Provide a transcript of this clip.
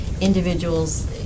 individuals